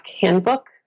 Handbook